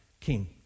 king